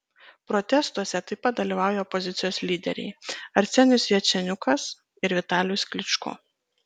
protestuose taip pat dalyvauja opozicijos lyderiai arsenijus jaceniukas ir vitalijus klyčko